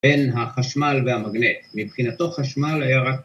‫בין החשמל והמגנט. ‫מבחינתו, חשמל היה רק...